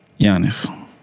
Giannis